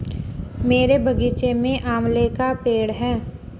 मेरे बगीचे में आंवले का पेड़ है